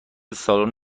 سالن